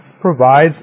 provides